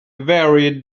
very